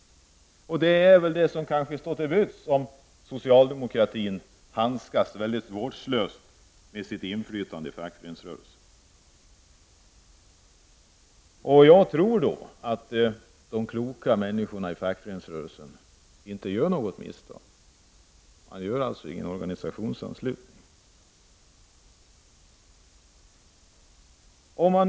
Det är kanske det som står till buds om socialdemokraterna handskas så vårdslöst med sitt inflytande i fackföreningsrörelsen. Jag tror att de kloka människorna i fackföreningsrörelsen inte gör misstaget att tillskapa organisationsanslutningsformen.